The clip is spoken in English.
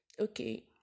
Okay